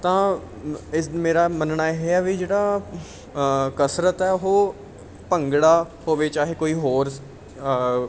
ਤਾਂ ਇਸ ਮੇਰਾ ਮੰਨਣਾ ਇਹ ਆ ਵੀ ਜਿਹੜਾ ਕਸਰਤ ਹੈ ਉਹ ਭੰਗੜਾ ਹੋਵੇ ਚਾਹੇ ਕੋਈ ਹੋਰ